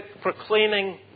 proclaiming